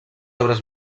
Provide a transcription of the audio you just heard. obres